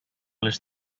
les